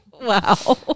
Wow